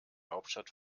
hauptstadt